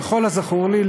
ככל הזכור לי,